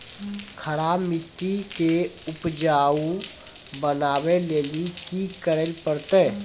खराब मिट्टी के उपजाऊ बनावे लेली की करे परतै?